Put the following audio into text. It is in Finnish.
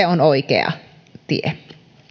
on oikea tie